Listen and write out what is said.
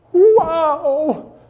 wow